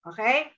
Okay